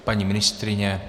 Paní ministryně?